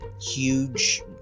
huge